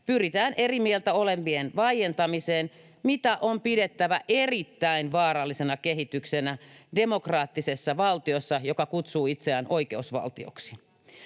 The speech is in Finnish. pyritään eri mieltä olevien vaientamiseen, mitä on pidettävä erittäin vaarallisena kehityksenä demokraattisessa valtiossa, joka kutsuu itseään oikeusvaltioksi.